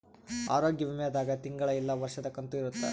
ಆರೋಗ್ಯ ವಿಮೆ ದಾಗ ತಿಂಗಳ ಇಲ್ಲ ವರ್ಷದ ಕಂತು ಇರುತ್ತ